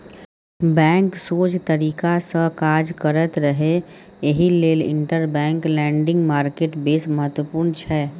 bank सोझ तरीकासँ काज करैत रहय एहि लेल इंटरबैंक लेंडिंग मार्केट बेस महत्वपूर्ण छै